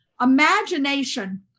Imagination